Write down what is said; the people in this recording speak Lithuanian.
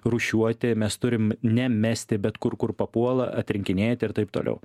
rūšiuoti mes turim nemesti bet kur kur papuola atrinkinėti ir taip toliau